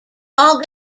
all